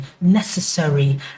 necessary